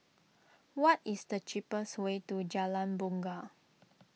what is the cheapest way to Jalan Bungar